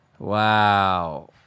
Wow